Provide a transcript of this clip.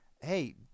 hey